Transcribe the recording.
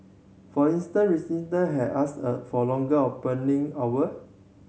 for instance resident had asked a for longer opening hour